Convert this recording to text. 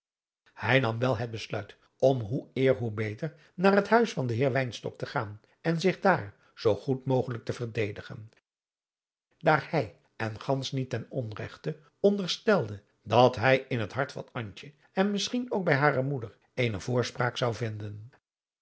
hij nam wel het besluit om hoe eer hoe beter naar het huis van den heer wynstok te gaan en zich daar zoo goed mogelijk te verdedigen daar hij en gansch niet ten onregte onderstelde dat hij in het hart van antje en misschien ook bij hare moeder eene voorspraak zou vinden